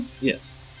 Yes